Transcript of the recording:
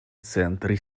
центры